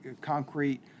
concrete